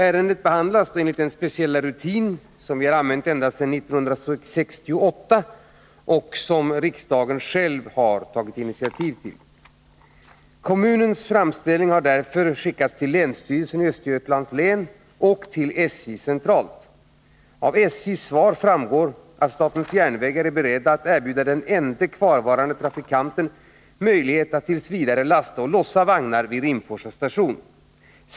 Ärendet behandlas enligt den speciella rutin som tillämpats ända sedan år 1968 och som tillkommit på riksdagens initiativ. Kommunens framställning har därför remitterats till länsstyrelsen i Östergötlands län och SJ:s centralförvaltning. Av SJ:s svar framgår att SJ är berett att erbjuda den ende kvarvarande trafikanten möjligheter att t.v. lasta och lossa vagnar vid Rimforsa station.